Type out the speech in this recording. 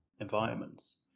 environments